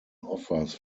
offers